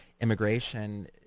immigration